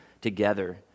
together